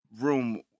room